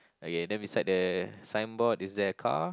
okay then beside that signboard is there a car